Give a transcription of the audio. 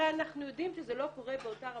הרי אנחנו יודעים שזה לא קורה באותה רמה.